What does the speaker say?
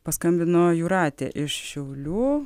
paskambino jūratė iš šiaulių